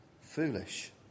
Foolish